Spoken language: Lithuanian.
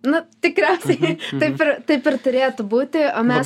na tikriausiai taip ir taip ir turėtų būti o mes